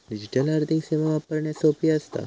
digital आर्थिक सेवा वापरण्यास सोपी असता